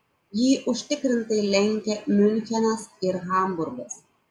jį užtikrintai lenkia miunchenas ir hamburgas